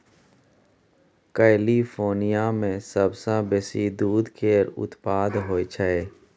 California मे सबसँ बेसी दूध केर उत्पाद होई छै